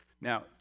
Now